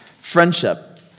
Friendship